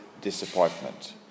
disappointment